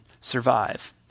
survive